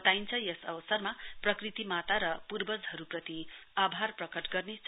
बताइन्छ यस अवसरमा प्रकृतिमाता र पूर्वजहरूप्रति आभार प्रकट गर्ने चलन छ